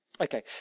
Okay